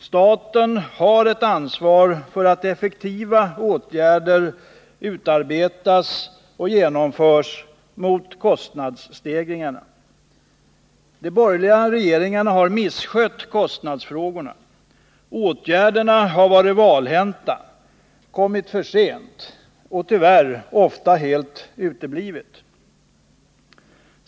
Staten har ett ansvar för att effektiva åtgärder utarbetas och genomförs mot kostnadsstegringarna. De borgerliga regeringarna har misskött kostnadsfrågorna. Åtgärderna har varit valhänta, kommit för sent och tyvärr ofta helt uteblivit.